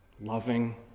loving